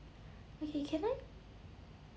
okay can I